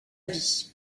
vie